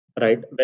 right